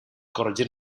corregir